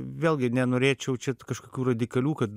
vėlgi nenorėčiau čia kažkokių radikalių kad